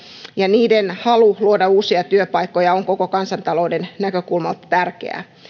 ja niiden halu luoda uusia työpaikkoja on koko kansantalouden näkökulmasta tärkeää